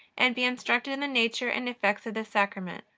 and be instructed in the nature and effects of this sacrament.